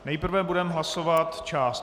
Nejprve budeme hlasovat část